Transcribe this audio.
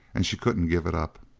and she couldn't give it up.